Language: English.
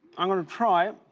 um and try